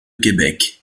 québec